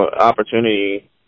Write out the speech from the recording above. opportunity